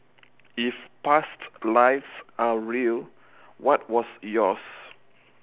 if past lives are real what was yours